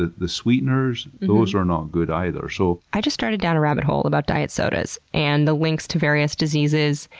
ah the sweeteners, those are not good either. so i just started down a rabbit hole about diet sodas and the links to various diseases,